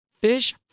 Fish